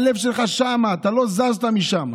הלב שלך שם, לא זזת משם.